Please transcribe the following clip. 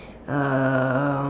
um